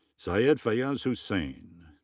syed faaiz hussain.